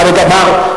חמד עמאר,